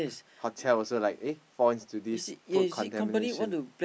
hotels also like falls into this food contamination